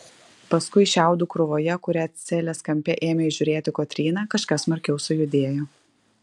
paskui šiaudų krūvoje kurią celės kampe ėmė įžiūrėti kotryna kažkas smarkiau sujudėjo